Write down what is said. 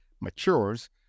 matures